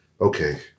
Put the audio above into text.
okay